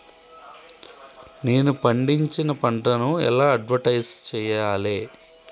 నేను పండించిన పంటను ఎలా అడ్వటైస్ చెయ్యాలే?